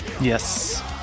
yes